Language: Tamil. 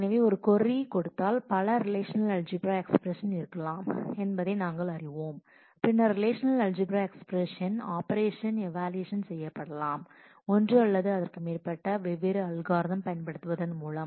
எனவே ஒரு கொர்ரி கொடுத்தால் பல ரிலேஷநல் அல்ஜிபிரா எஸ்பிரஸன் இருக்கலாம் என்பதை நாங்கள் அறிவோம் பின்னர் relational algebra expression operation evaluation செய்யப்படலாம் ஒன்று அல்லது அதற்கு மேற்பட்ட வெவ்வேறு அல்கோரிதம் பயன்படுத்துவதன் மூலம்